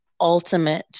ultimate